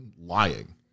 lying